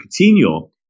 Coutinho